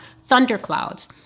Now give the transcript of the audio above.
thunderclouds